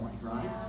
right